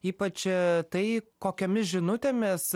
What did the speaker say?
ypač tai kokiomis žinutėmis